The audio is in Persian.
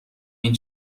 این